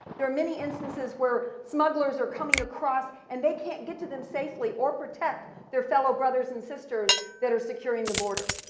there are many instances where smugglers are coming across and they can't get to them safely or protect their fellow brothers and sisters that are securing the border.